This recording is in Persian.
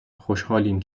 خوشحالیم